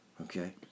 Okay